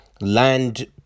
Land